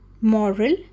Moral